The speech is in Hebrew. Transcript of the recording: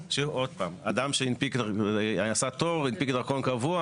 אדם שעשה תור והנפיק דרכון קבוע,